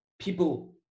people